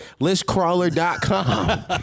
listcrawler.com